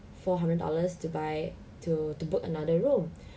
four hundred dollars to buy to to book another room